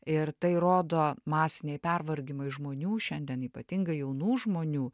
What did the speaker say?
ir tai rodo masiniai pervargimai žmonių šiandien ypatingai jaunų žmonių